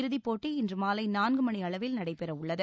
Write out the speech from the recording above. இறுதிப்போட்டி இன்று மாலை நான்கு மணியளவில் நடைபெற உள்ளது